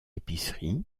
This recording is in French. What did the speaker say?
épicerie